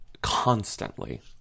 constantly